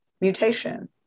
mutation